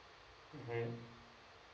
mmhmm